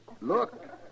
Look